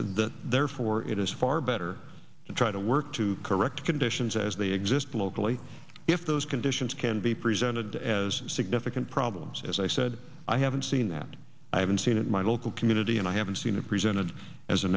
that therefore it is far better to try to work to correct conditions as they exist locally if those conditions can be presented as significant problems as i said i haven't seen that i haven't seen in my local community and i haven't seen it presented as a